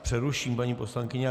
Přeruším vás, paní poslankyně.